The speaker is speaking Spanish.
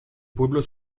pueblo